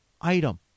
item